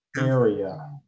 area